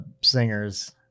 singers